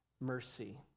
mercy